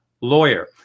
lawyer